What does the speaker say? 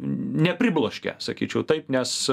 nepribloškia sakyčiau taip nes